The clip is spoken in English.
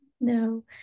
No